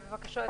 בבקשה,